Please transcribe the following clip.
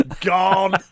gone